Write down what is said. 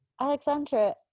Alexandra